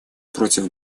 против